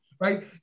right